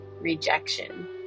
rejection